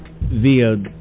via